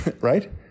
right